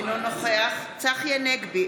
אינו נוכח צחי הנגבי,